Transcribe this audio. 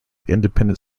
independent